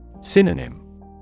Synonym